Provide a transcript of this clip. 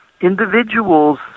individuals